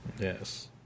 Yes